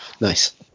Nice